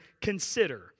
consider